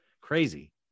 crazy